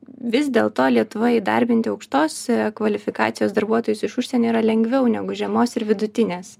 vis dėlto lietuvoj įdarbinti aukštos kvalifikacijos darbuotojus iš užsienio yra lengviau negu žemos ir vidutinės